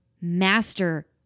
master